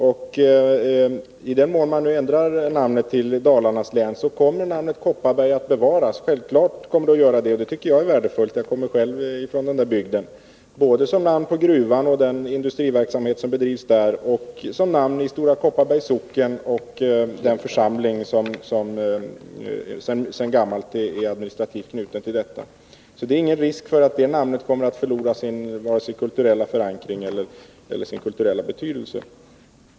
Om man nu ändrar länets namn, kommer namnet Kopparberg självklart att bevaras — och det tycker jag är värdefullt, jag kommer själv från den bygden — både som namn på gruvan och den industriverksamhet som bedrivs där och i namnen Stora Kopparbergs socken och Stora Kopparbergs församling. Så det är ingen risk för att namnet Kopparberg kommer att förlora vare sig sin kulturella förankring eller sin kulturella betydelse.